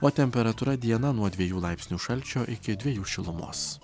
o temperatūra dieną nuo dviejų laipsnių šalčio iki dviejų šilumos